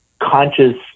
conscious